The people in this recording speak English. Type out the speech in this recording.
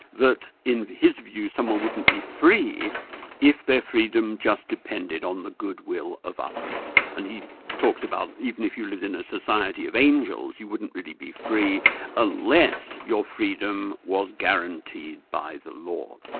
that in his view, someone wouldn't be free if their freedom just depended on the good will of others, and he talks about even if you live in a society of angels, you wouldn't really be free unless your freedom was guaranteed by the law.